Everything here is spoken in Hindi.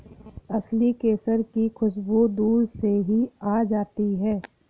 असली केसर की खुशबू दूर से ही आ जाती है